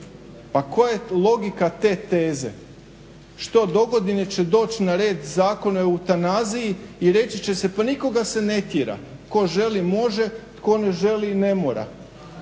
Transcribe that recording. Pa koja je logika te teze? Što dogodine će doći na red Zakon o autanaziji i reći će se pa nikoga se ne tjera tko želi može, tko ne želi ne mora.